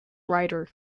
rider